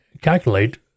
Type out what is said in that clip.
calculate